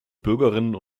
bürgerinnen